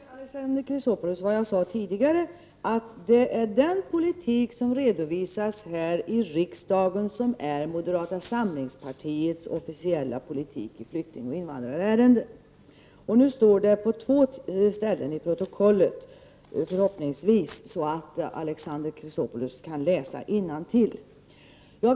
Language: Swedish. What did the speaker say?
Herr talman! Jag vill gärna upprepa för Alexander Chrisopoulos vad jag tidigare sade, nämligen att det är den politik som redovisas här i riksdagen som är moderata samlingspartiets officiella politik i flyktingoch invandrarfrågor. Nu står detta i protokollet på två ställen, så att Alexander Chrisopoulos kan läsa det innantill.